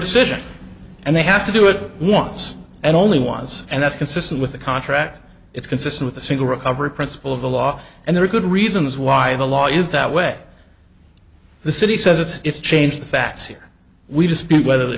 decision and they have to do it once and only once and that's consistent with the contract it's consistent with a single recovery principle of the law and there are good reasons why the law is that way the city says it's changed the facts here we dispute whether th